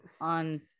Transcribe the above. on